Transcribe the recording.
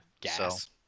Gas